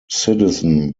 citizen